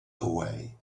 away